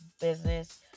business